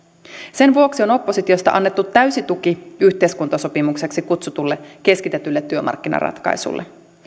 sen vuoksi on oppositiosta annettu täysi tuki yhteiskuntasopimukseksi kutsutulle keskitetylle työmarkkinaratkaisulle